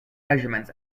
measurements